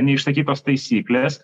neišsakytos taisyklės